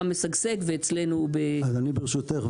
משגשג ואצלנו הוא --- אז אני ברשותך,